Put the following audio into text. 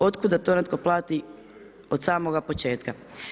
Od kuda to netko plati od samoga početka.